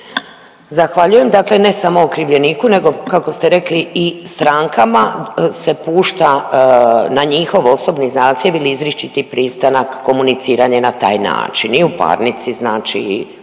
Zahvaljujem. Dakle, ne samo okrivljeniku nego kako ste rekli i strankama se pušta na njihov osobni zahtjev ili izričiti pristanak komuniciranje na taj način i u parnici znači …